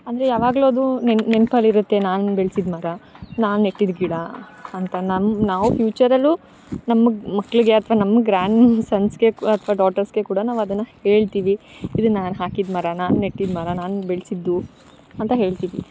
ಅಂದರೆ ಯಾವಾಗಲು ಅದು ನೆನಪಲ್ಲಿ ಇರುತ್ತೆ ನಾನು ಬೆಳೆಸಿದ ಮರ ನಾನು ನೆಟ್ಟಿದ್ದ ಗಿಡ ಅಂತ ನನ್ನ ನಾವು ಫ್ಯೂಚರಲ್ಲು ನಮ್ಗೆ ಮಕ್ಳಿಗೆ ಅಥ್ವ ನಮ್ಮ ಗ್ರ್ಯಾಂಡ್ ಸನ್ಸ್ಗೆ ಅತ್ವಾ ಡಾಟರ್ಸ್ಗೆ ಕೂಡ ನಾವು ಅದನ್ನು ಹೇಳ್ತೀವಿ ಇದು ನಾನು ಹಾಕಿದ ಮರ ನಾನು ನೆಟ್ಟಿದ ಮರ ನಾನು ಬೆಳೆಸಿದ್ದು ಅಂತ ಹೇಳ್ತೀವಿ